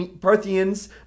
Parthians